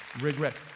regret